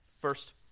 first